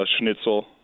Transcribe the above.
schnitzel